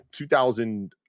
2000